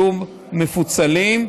יהיו מפוצלים,